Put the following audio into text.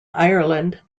ireland